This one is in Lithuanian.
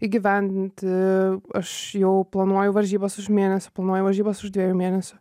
įgyvendinti aš jau planuoju varžybas už mėnesio planuoju varžybas už dviejų mėnesių